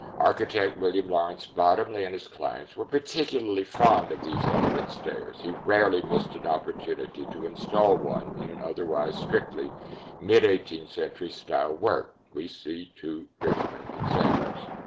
architect william lawrence bottomley and his clients were particularly fond of these elegant stairs. he rarely missed an opportunity to install one in an otherwise strictly mid eighteenth century style work. we see two richmond examples.